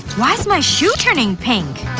why's my shoe turning pink?